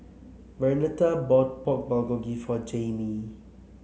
Vernetta bought Pork Bulgogi for Jaimee